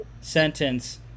sentence